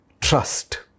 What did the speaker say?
Trust